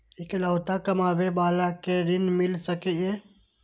इकलोता कमाबे बाला के ऋण मिल सके ये?